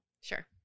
Sure